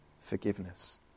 forgiveness